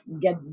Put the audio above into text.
get